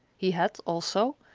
he had, also,